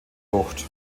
bucht